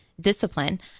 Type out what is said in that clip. discipline